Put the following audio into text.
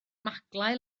maglau